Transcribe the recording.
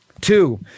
Two